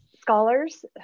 scholars